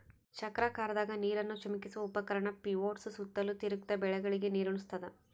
ಚಕ್ರಾಕಾರದಾಗ ನೀರನ್ನು ಚಿಮುಕಿಸುವ ಉಪಕರಣ ಪಿವೋಟ್ಸು ಸುತ್ತಲೂ ತಿರುಗ್ತ ಬೆಳೆಗಳಿಗೆ ನೀರುಣಸ್ತಾದ